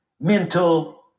mental